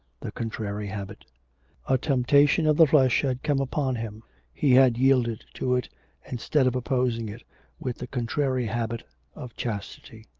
the contrary habit a temptation of the flesh had come upon him he had yielded to it instead of opposing it with the contrary habit of chastity.